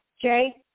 Jay